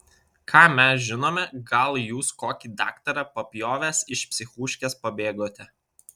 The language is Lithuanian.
ką mes žinome gal jūs kokį daktarą papjovęs iš psichuškės pabėgote